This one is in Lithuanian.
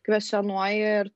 kvestionuoji ir